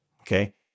okay